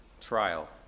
trial